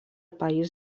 país